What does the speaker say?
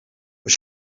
was